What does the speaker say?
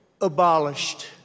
abolished